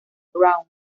braun